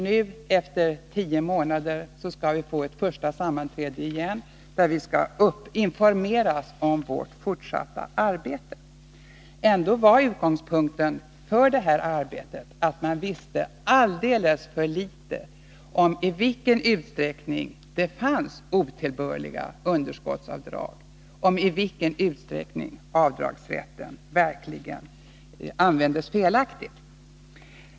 Nu skall vi få ett första sammanträde igen, där vi skall informeras om vårt fortsatta arbete. Ändå var utgångspunkten för det här arbetet att man visste alldeles för litet om i vilken utsträckning det fanns otillbörliga underskottsavdrag — i vilken utsträckning avdragsrätten verkligen användes felaktigt.